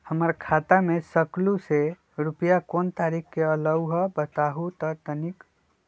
हमर खाता में सकलू से रूपया कोन तारीक के अलऊह बताहु त तनिक?